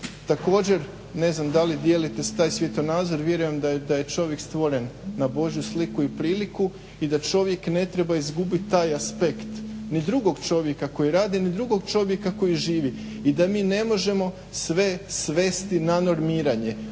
Također, ne znam da li dijelite taj svjetonazor, vjerujem da je čovjek stvoren na Božju sliku i priliku, i da čovjek ne treba izgubiti taj aspekt, ni drugog čovjeka koji radi, ni drugog čovjeka koji živi. I da mi ne možemo sve svesti na normiranje.